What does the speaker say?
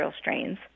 strains